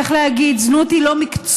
צריך להגיד, זנות היא לא מקצוע.